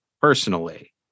personally